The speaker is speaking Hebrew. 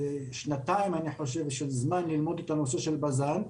כשנתיים של זמן ללמוד את הנושא של בז"ן,